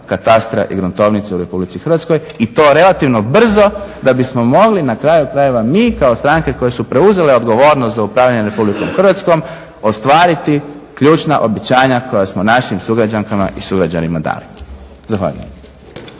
katastra i gruntovnice u RH i to relativno brzo da bismo mogli na kraju krajeva mi kao stranke koje su preuzele odgovornost za upravljanje RH ostvariti ključna obećanja koja smo našim sugrađankama i sugrađanima dali. Zahvaljujem.